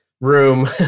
room